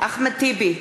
אחמד טיבי,